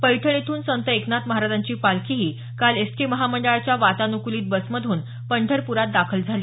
पैठण इथून संत एकनाथ महाराजांची पालखीही काल एस टी महामंडळाच्या वातानुकूलित बसमधून पंढरप्रात दाखल झाली